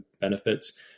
benefits